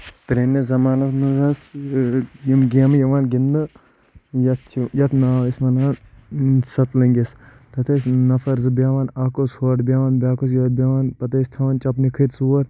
پرٲنِس زَمانَس منٛز ٲسۍ یِم گیمہٕ یِوان گنٛدنہٕ یَتھ چھِ یتھ ناو ٲسۍ وَنان سزلنٛگِس تَتھ ٲسۍ نفر زٕ بیٚہوان اکھ اوٚس ہورٕ بیہوان بیاکھ اوٚس یورٕ بیہوان پَتہٕ ٲسۍ تھاوان چپنہِ کھور ژور